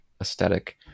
aesthetic